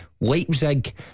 Leipzig